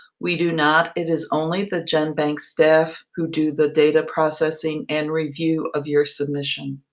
we do not. it is only the genbank staff who do the data processing and review of your submission.